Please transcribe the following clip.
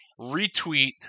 retweet